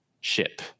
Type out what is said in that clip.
ship